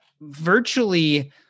Virtually